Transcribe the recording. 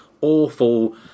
awful